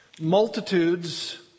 multitudes